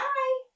Bye